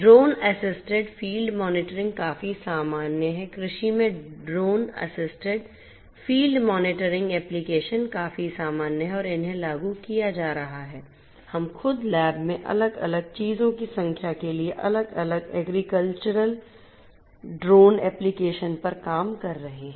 drone assisted field monitoring काफी सामान्य है कृषि में drone assisted field monitoring application काफी सामान्य हैं और इन्हें लागू किया जा रहा है हम खुद लैब में अलग अलग चीजों की संख्या के लिए अलग अलग एग्रीकल्चर ड्रोन एप्लीकेशन पर काम कर रहे हैं